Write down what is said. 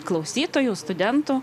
klausytojų studentų